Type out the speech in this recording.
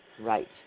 Right